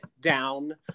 down